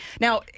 Now